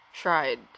tried